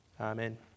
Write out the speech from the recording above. amen